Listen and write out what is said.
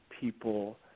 people